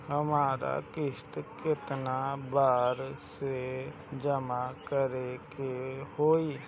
हमरा किस्त केतना बार में जमा करे के होई?